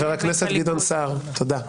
חבר הכנסת סער, תודה.